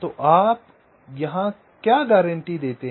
तो आप यहाँ क्या गारंटी देते हैं